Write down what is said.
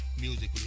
musically